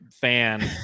fan